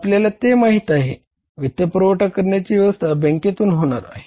आपल्याला ते माहित आहे वित्तपुरवठा करण्याची व्यवस्था बँकेतून होणार आहे